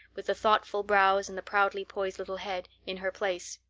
with the thoughtful brows and the proudly poised little head, in her place.